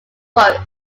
forest